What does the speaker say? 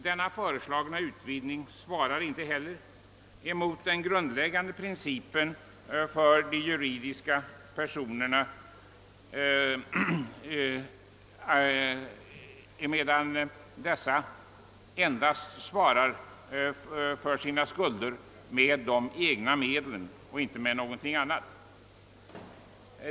Denna föreslagna utvidgning svarar inte heller mot den grundläggande principen för de juridiska personerna, emedan dessa endast svarar för sina skulder med de egna medlen och inte med någonting annat.